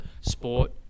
sport